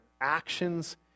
actions